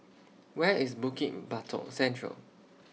Where IS Bukit Batok Central